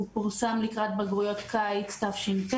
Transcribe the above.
הוא פורסם לקראת בגרויות תשפ"א.